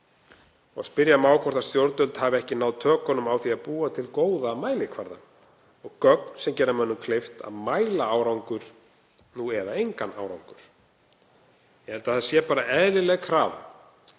Spyrja má hvort stjórnvöld hafi ekki náð tökum á því að búa til góða mælikvarða og gögn sem gera mönnum kleift að mæla árangur eða engan árangur. Ég held að það sé eðlilega krafa